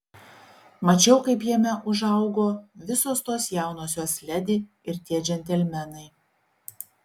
mačiau kaip jame užaugo visos tos jaunosios ledi ir tie džentelmenai